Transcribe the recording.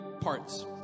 Parts